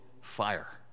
fire